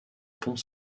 pont